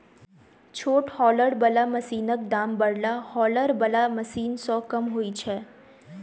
छोट हौलर बला मशीनक दाम बड़का हौलर बला मशीन सॅ कम होइत छै